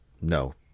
No